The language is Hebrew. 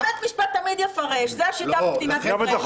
אבל בית משפט תמיד יפרש, זאת השיטה במדינת ישראל.